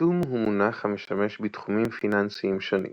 חיתום הוא מונח המשמש בתחומים פיננסיים שונים